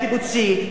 לקיבוצים,